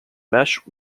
mesh